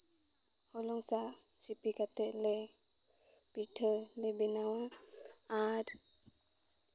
ᱦᱚᱞᱚᱝ ᱥᱟᱜ ᱥᱤᱯᱤ ᱠᱟᱛᱮ ᱜᱮ ᱯᱤᱴᱷᱟᱹᱞᱮ ᱵᱮᱱᱟᱣᱟ ᱟᱨ